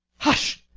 hush!